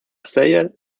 säger